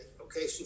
Okay